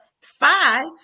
five